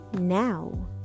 now